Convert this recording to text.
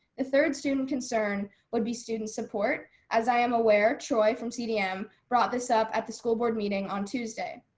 the third student concern would be student support. as i am aware, troy from cdm brought this up at the school board meeting on tuesday.